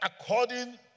according